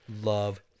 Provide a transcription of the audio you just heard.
love